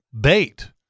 bait